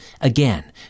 Again